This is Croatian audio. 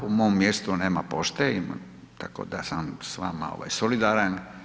U mom mjestu nema pošte tako da sam s vama solidaran.